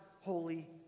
holy